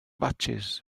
fatsis